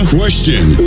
question